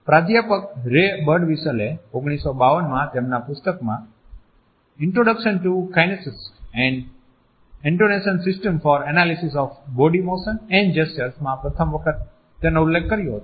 પ્રાધ્યાપક રે બર્ડવિસ્ટેલએ 1952માં તેમના પુસ્તક introduction to kinesics an annotation system for analysis of body motion and જેસચરમા Introduction to Kinesics An Annotation System for Analysis of Body Motion and Gesture પ્રથમ વખત તેનો ઉલ્લેખ કર્યો હતો